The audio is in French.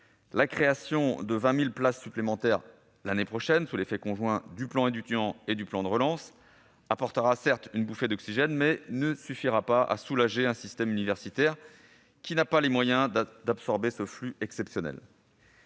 La création de 20 000 places supplémentaires l'année prochaine, sous l'effet conjoint du plan Étudiants et du plan de relance, apportera une bouffée d'oxygène, mais elle ne suffira pas à soulager un système universitaire qui n'a pas les moyens d'absorber ce flux exceptionnel.